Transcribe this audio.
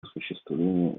осуществление